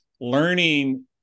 learning